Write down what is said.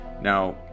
Now